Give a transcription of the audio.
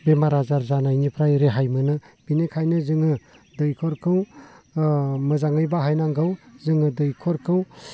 बेमार आजार जानायनिफ्राय रेहाय मोनो बेनिखायनो जोङो दैखरखौ मोजाङै बाहायनांगौ जोङो दैखरखौ